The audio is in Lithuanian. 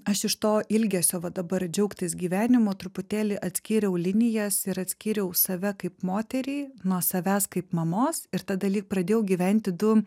aš iš to ilgesio va dabar džiaugtis gyvenimu truputėlį atskyriau linijas ir atskyriau save kaip moterį nuo savęs kaip mamos ir tada lyg pradėjau gyventi du